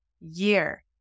year